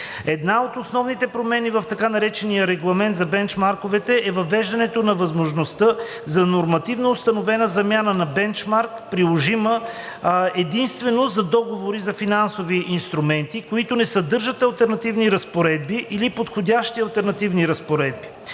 Една от основните промени в така наречения Регламент за бенчмарковете е въвеждането на възможността за нормативно установена замяна на бенчмарк, приложима единствено за договори за финансови инструменти, които не съдържат алтернативни разпоредби или подходящи алтернативни разпоредби.